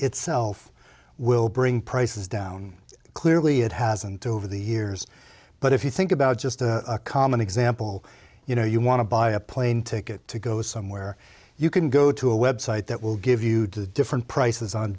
itself will bring prices down clearly it hasn't over the years but if you think about just a common example you know you want to buy a plane ticket to go somewhere you can go to a web site that will give you the different prices on